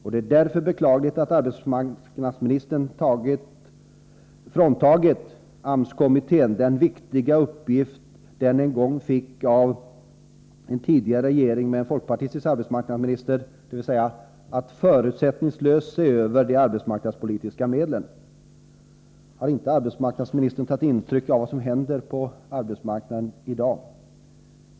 Det är därför beklagligt att arbetsmarknadsministern fråntagit AMS-kommittén den viktiga uppgift den en gång fick av en tidigare regering med en folkpartistisk arbetsmarknadsminister — att förutsättningslöst se över de arbetsmarknadspolitiska medlen. Har inte arbetsmarknadsministern tagit intryck av vad som händer på arbetsmarknaden i dag?